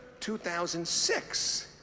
2006